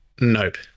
nope